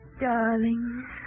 Darling